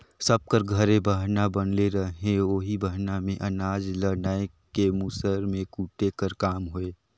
सब कर घरे बहना बनले रहें ओही बहना मे अनाज ल नाए के मूसर मे कूटे कर काम होए